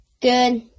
Good